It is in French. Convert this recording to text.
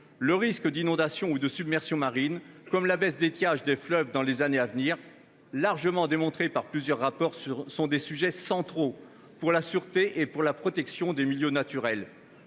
Le risque d'inondation ou de submersion marine comme la baisse d'étiage des fleuves dans les années à venir, largement démontrés par plusieurs rapports, sont des sujets centraux pour la sûreté et pour la protection des milieux naturels.